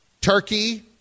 Turkey